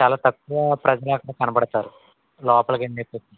చాలా తక్కువ ప్రజలు అక్కడ కనబడతారు లోపలకి అని చెప్పేసి